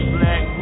Black